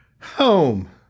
Home